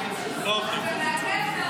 אתה מעכב מעונות.